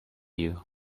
you